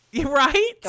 Right